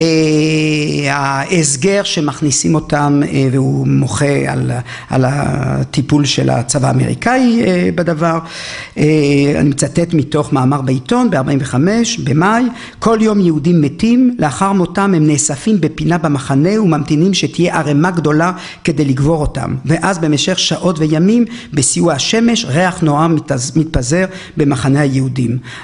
‫אה...ההסגר שמכניסים אותם, ‫והוא מוחה על הטיפול ‫של הצבא האמריקאי בדבר, ‫אני מצטט מתוך מאמר בעיתון, ‫ב-45', במאי, ‫כל יום יהודים מתים, ‫לאחר מותם הם נאספים בפינה במחנה ‫וממתינים שתהיה ערימה גדולה ‫כדי לקבור אותם. ‫ואז במשך שעות וימים, ‫בסיוע השמש, ‫ריח נורא מתפזר במחנה היהודים.